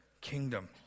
kingdom